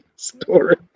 story